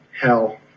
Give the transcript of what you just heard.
hell